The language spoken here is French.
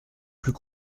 plus